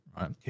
right